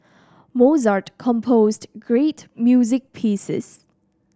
Mozart composed great music pieces